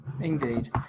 Indeed